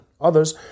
others